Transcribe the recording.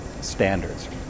standards